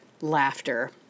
laughter